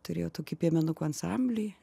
turėjo tokį piemenukų ansamblį